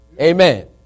Amen